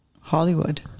Hollywood